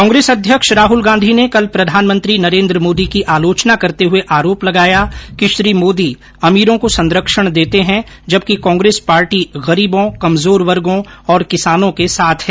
कांग्रेस अध्यक्ष राहुल गांधी ने कल प्रधानमंत्री नरेन्द्र मोदी की आलोचना करते हुए आरोप लगाया कि श्री मोदी अमीरों को संरक्षण देते हैं जबकि कांग्रेस पार्टी गरीबों कमजोर वर्गो और किसानों के साथ है